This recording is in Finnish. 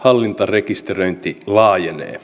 hallintarekisteröinti laajenee